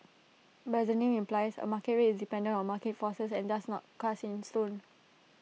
but the name implies A market rate is dependent on market forces and thus not cast in stone